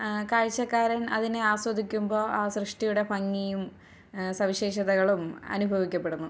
കാഴ്ചക്കാരൻ അതിനെ ആസ്വദിക്കുമ്പോൾ ആ സൃഷ്ടിയുടെ ഭംഗിയും സവിശേഷതകളും അനുഭവിക്കപ്പെടുന്നു